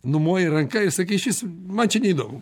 numoji ranka ir sakai išvis man čia neįdomu